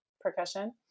percussion